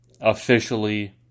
officially